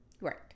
Right